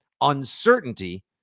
uncertainty